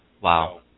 Wow